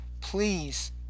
please